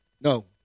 No